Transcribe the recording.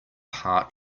heart